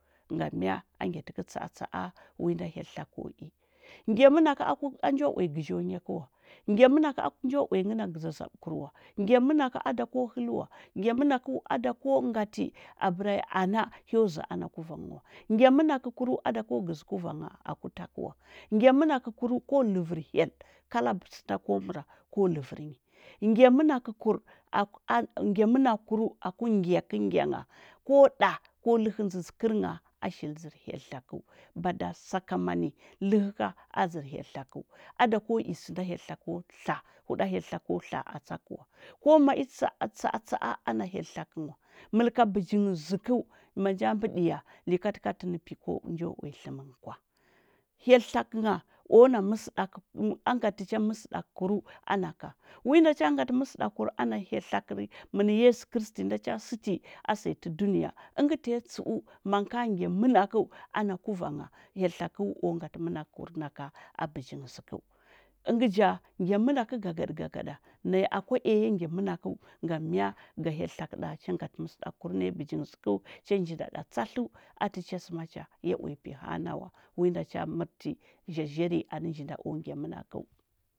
Ngam mya? A ngyatə kə tsatsa a wi nda hyel tlakə o i. Ngya mənakə a njo uya gəzhi o nya kə wa. Ngya ənakə a njo uya nghə na zazaɓəkur wa. Ngya mənakə a da ko həl wa. Ngya mənakəu. a da ko ngati, a bəra ya ana, hyo zəa ana kuvang wa. Ngya mənakəkurəu, a da ko gəzə kuvangha aku ta kə wa. Ngya mənakəkurəu, ko ləvər hyel, kala sə da ko məra, ko ləvər nyi. Ngya mənakəkur, ngya mənakəkurəu ku ngyakə ngya ngha, ko ɗa ko ləhəndə kərngha a shil dzər hyel tlakəu. Bada sakamani, ləhə ka a dzər hyel tlakəu. A dako i sənda hyel tlakə o tla huɗa hyel tlakə atsa kə wa. Ko ma i tsa a tsa atsa a ana hyel tlakə ngha, məlka bəji ngə zəkəu, ma nja mbəɗiya likatəkatə pi ko njo uya tləmə nghə kwa. Hyel tlakə ngha, o na məsəɗakə əng a ngatə tə ha məsəɗakəkurəu ana ka. Wi nda cha ngatə məsəɗakəkur ana hyel tlakər mən yesu kəristi nda cha səti a səya tə dunəya. Əngə tanyi tsəu ma ngə ka ngya mənakəu ana kuvangha, hyel tlakəu o ngatə mənakur na ka a bəji ngə zəkəu. Əngə ja, ngya mənakə gagaɗə gagaɗa, naya akwa i ya ya ngya mənakəu, ngam mya? Ga hyel tlakə ɗa cha ngatə məsəɗakəkur naya bəji ngə zəkəu, cha njinda ɗa tsatləu a tə chasəma cha, ya uya pi hanawa, wi nda cha mərti, zharzhar nyi anə nji nda o ngya mənakəu.